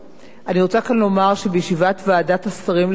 אני רוצה כאן לומר שבישיבת ועדת השרים לחקיקה,